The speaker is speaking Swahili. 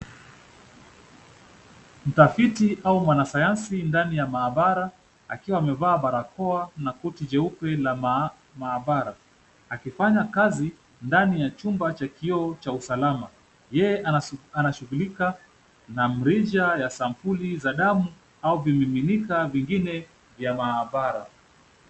Mtafiti au mwanasayansi ndani ya maabara. Akiwa amevaa barakoa na koti jeupe la maa maabara. Akifanya kazi ndani ya chumba cha kio cha usalama. Yeye ana anashughulika na mrija ya sampuli za damu au vimiminika vingine vya maabara.